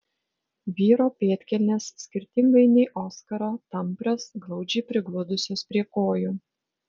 vyro pėdkelnės skirtingai nei oskaro tamprios glaudžiai prigludusios prie kojų